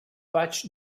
vaig